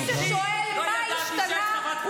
כי מי ששואל מה השתנה,